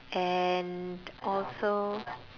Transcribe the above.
and also